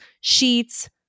sheets